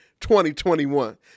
2021